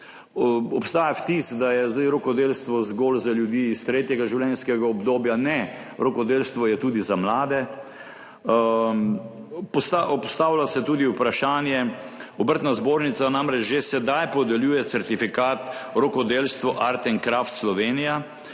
Obstaja vtis, da je zdaj rokodelstvo zgolj za ljudi iz tretjega življenjskega obdobja. Ne, rokodelstvo je tudi za mlade. Postavlja se tudi vprašanje, obrtna zbornica namreč že sedaj podeljuje certifikat Rokodelstvo Art & Craft Slovenija,